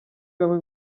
bamwe